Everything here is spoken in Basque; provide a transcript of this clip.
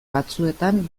batzuetan